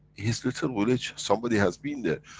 his little village, somebody has been there.